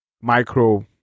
micro